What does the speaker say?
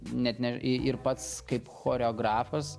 net ne i ir pats kaip choreografas